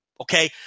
Okay